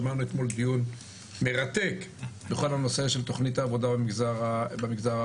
שמענו אתמול דיון מרתק בכל הנושא של תוכנית העבודה במגזר הערבי.